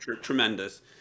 tremendous